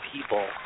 people